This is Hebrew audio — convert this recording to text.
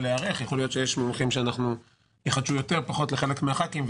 יכול להיות שיש מומחים שיחדשו יותר או פחות לחלק מהח"כים,